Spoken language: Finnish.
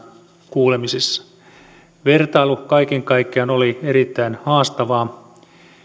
kuulemisissa vertailu kaiken kaikkiaan oli erittäin haastavaa